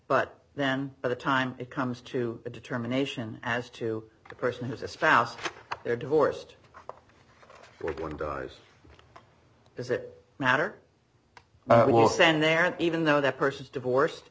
but then by the time it comes to a determination as to the person has a spouse they're divorced or one dies does it matter will stand there even though that person's divorced